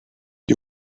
you